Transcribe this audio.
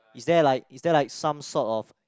is that like is that like some sort of